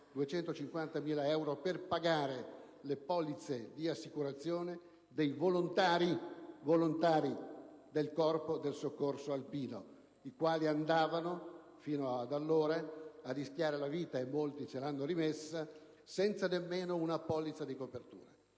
250.000 euro per pagare le polizze di assicurazione dei volontari - sottolineo: volontari - del Corpo del Soccorso alpino, i quali andavano fino ad allora a rischiare la vita - e molti ce l'hanno rimessa - senza nemmeno una polizza di copertura.